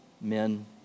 men